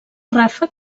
ràfec